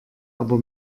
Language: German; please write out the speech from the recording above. aber